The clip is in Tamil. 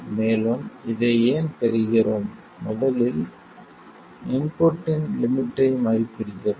மேலும் இதை ஏன் பெறுகிறோம் முதலில் இன்புட்டின் லிமிட்டை மதிப்பிடுகிறோம்